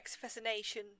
fascination